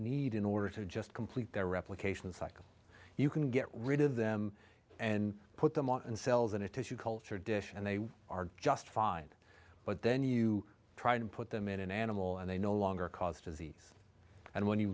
need in order to just complete their replication cycle you can get rid of them and put them on cells in a tissue culture dish and they are just fine but then you try and put them in an animal and they no longer cause disease and when you